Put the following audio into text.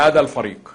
במשרד ראש הממשלה,